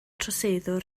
troseddwr